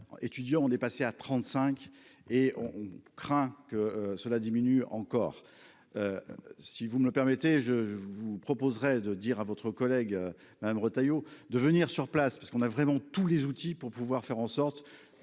80 étudiants, on est passé à 35 et on craint que cela diminue encore si vous me le permettez, je vous proposerai de dire à votre collègue Madame Retailleau de venir sur place parce qu'on a vraiment tous les outils pour pouvoir faire en sorte